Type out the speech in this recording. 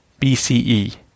BCE